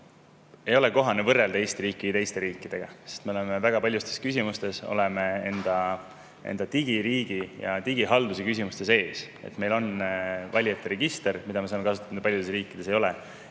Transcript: ei ole kohane võrrelda Eesti riiki teiste riikidega, sest me oleme väga paljudes küsimustes, digiriigi ja digihalduse küsimustes, teistest ees. Meil on valijate register, mida me saame kasutada. Seda paljudes riikides ei ole.